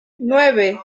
nueve